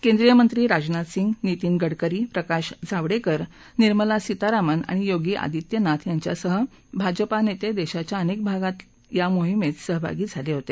केंद्रीय मंत्री राजनाथ सिंग नितीन गडकरी प्रकाश जावडेकर निर्मला सीतारामन आणि योगी आदित्यनाथ यांच्यासह भाजपा नेते देशाच्या अनेक भागातील या मोहिमेत सहभागी झाले होते